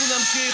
אנחנו נמשיך,